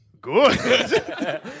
Good